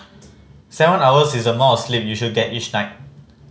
seven hours is the amount sleep you should get each night